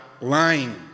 lying